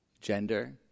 gender